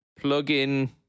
plug-in